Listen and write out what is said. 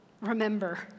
remember